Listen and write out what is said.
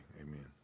amen